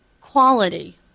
quality